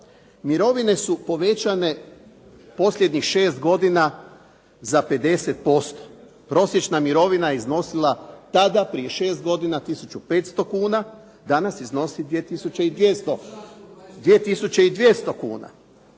Mirovine su povećane posljednjih 6 godina za 50%, prosječna mirovina je iznosila tada, prije 6 godina tisuću 500 kuna, danas iznosi 2 tisuće